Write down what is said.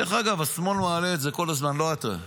דרך אגב, השמאל מעלה את זה כל הזמן, לא אתה.